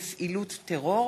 צור,